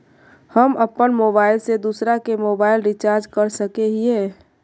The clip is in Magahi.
हम अपन मोबाईल से दूसरा के मोबाईल रिचार्ज कर सके हिये?